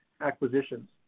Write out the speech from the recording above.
acquisitions